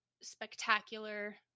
spectacular